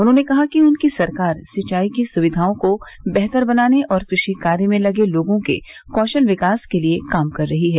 उन्होंने कहा कि उनकी सरकार सिंचाई की सुविधाओं को बेहतर बनाने और कृषि कार्य में लगे लोगों के कौशल विकास के लिए काम कर रही है